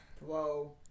Whoa